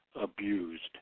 abused